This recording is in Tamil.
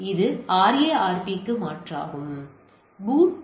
எனவே இது RARP க்கு மாற்றாகும்